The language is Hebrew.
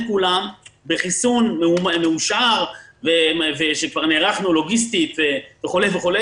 כולם בחיסון מאושר שכבר נערכנו לו לוגיסטית וכולי,